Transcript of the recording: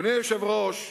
אדוני היושב-ראש,